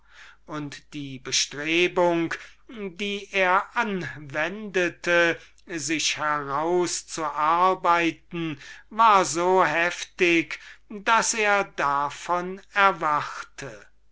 und die bestrebung die er anwendete sich herauszuarbeiten war so heftig daß er daran erwachte